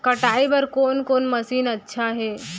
कटाई बर कोन कोन मशीन अच्छा हे?